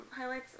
highlights